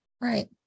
right